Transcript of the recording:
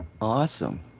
Awesome